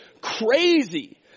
crazy